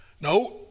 no